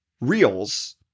reels